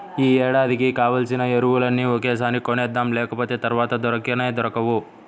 యీ ఏడాదికి కావాల్సిన ఎరువులన్నీ ఒకేసారి కొనేద్దాం, లేకపోతె తర్వాత దొరకనే దొరకవు